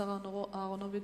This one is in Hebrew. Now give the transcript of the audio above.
השר אהרונוביץ.